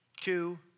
two